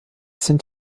sind